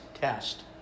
test